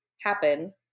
happen